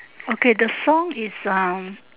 okay the song is uh